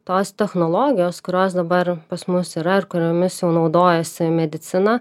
tos technologijos kurios dabar pas mus yra ir kuriomis naudojasi medicina